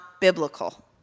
biblical